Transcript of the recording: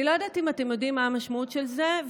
אני לא יודעת אם אתם יודעים מה המשמעות של זה,